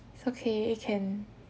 it's okay you can